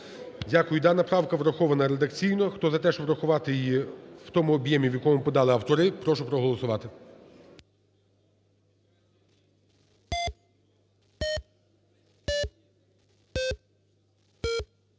Дякую. Дана правка врахована редакційно. Хто за те, щоб врахувати її в тому об'ємі, в якому подали автори, прошу проголосувати.